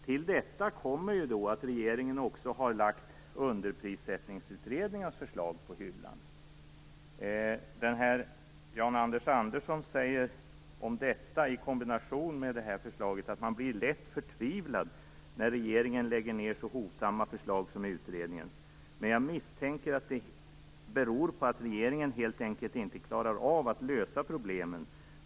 Till detta kommer att regeringen också har lagt Underprissättningsutredningens förslag på hyllan. Jan-Anders Andersson säger om detta i kombination med det här förslaget: Man blir lätt förtvivlad när regeringen lägger ned så hovsamma förslag som utredningens. Men jag misstänker att det beror på att regeringen helt enkelt inte klarar av att lösa problemen.